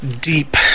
deep